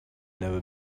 never